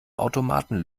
automaten